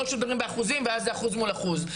או שמדברים באחוזים ואז זה אחוז מול אחוז,